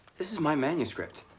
this my manuscript.